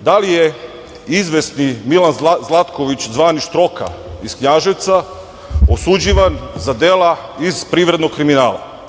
da li je izvesni Milan Zlatković, zvani Štroka, iz Knjaževca osuđivan za dela iz privrednog kriminala.